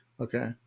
okay